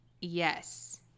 yes